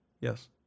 Yes